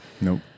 Nope